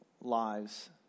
lives